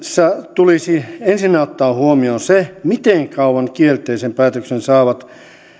tulisi ensinnä ottaa huomioon se miten kauan kielteisen päätöksen saavat